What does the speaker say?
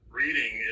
reading